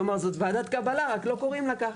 כלומר, זו ועדת קבלה, רק לא קוראים לה כך.